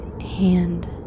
hand